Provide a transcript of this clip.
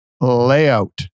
layout